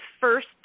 first